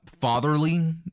fatherly